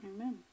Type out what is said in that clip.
Amen